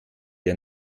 der